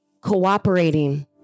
cooperating